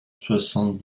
soixante